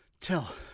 tell